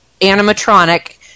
animatronic